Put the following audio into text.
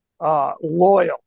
Loyal